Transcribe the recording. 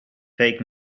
fake